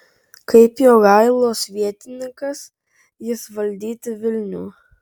kaip jogailos vietininkas jis valdyti vilnių